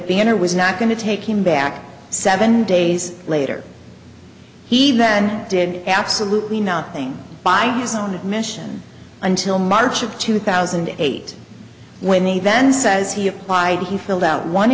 banner was not going to take him back seven days later he then did absolutely nothing by his own admission until march of two thousand and eight when he then says he applied he filled out one